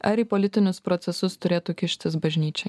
ar į politinius procesus turėtų kištis bažnyčia